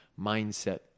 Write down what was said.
mindset